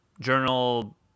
journal